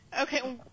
Okay